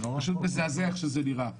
מזעזע איך שזה נראה.